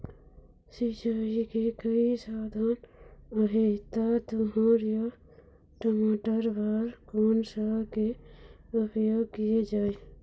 सिचाई के कई साधन आहे ता तुंहर या टमाटर बार कोन सा के उपयोग किए जाए?